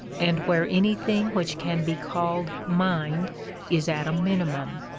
and where anything which can be called mind is at a minimum.